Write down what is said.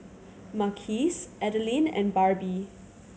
Marquis Adalyn and Barbie